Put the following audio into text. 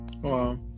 wow